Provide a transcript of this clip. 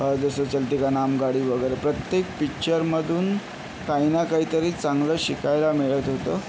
जसं चलती का नाम गाडी वगैरे प्रत्येक पिक्चरमधून काही ना काहीतरी चांगलं शिकायला मिळत होतं